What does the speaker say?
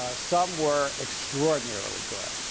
ah some were extraordinarily good,